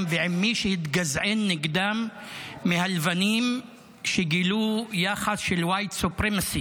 ועם מי שהתגזען נגדם מהלבנים שגילו יחס של White Supremacy,